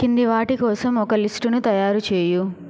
కింది వాటి కోసం ఒక లిస్ట్ని తయారు చేయి